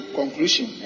conclusion